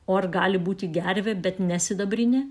o ar gali būti gervė bet ne sidabrinė